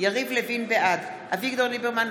בעד אביגדור ליברמן,